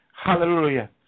Hallelujah